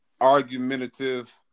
argumentative